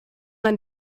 man